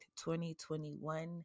2021